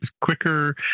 quicker